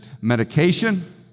medication